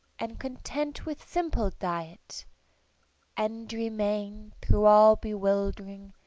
and content with simple diet and remain, through all bewild'ring,